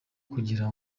kugira